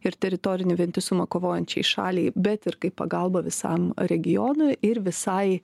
ir teritorinį vientisumą kovojančiai šaliai bet ir kaip pagalba visam regionui ir visai